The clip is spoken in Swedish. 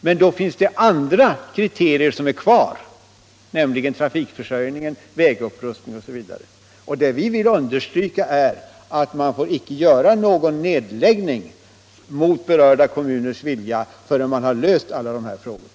Men då finns det andra kriterier kvar, nämligen trafikförsörjningen, vägupprustningen osv. Vad vi vill understryka är att man icke får göra någon nedläggning mot berörda kommuners vilja i avvaktan på att utredningsarbetet blir avslutat.